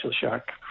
shark